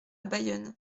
bayonne